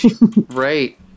right